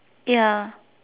ya